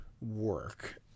work